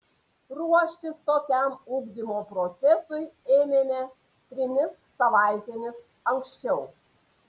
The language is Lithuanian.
ruoštis tokiam ugdymo procesui ėmėme trimis savaitėmis anksčiau